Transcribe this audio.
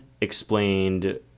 explained